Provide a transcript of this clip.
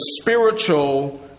spiritual